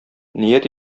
ният